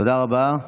תודה רבה.